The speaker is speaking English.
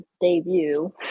debut